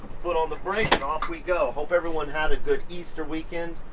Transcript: foot on the brake and off we go! hope everyone had a good easter weekend.